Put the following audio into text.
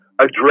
address